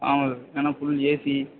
ஆமாம் சார் ஏன்னால் full AC